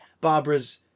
Barbara's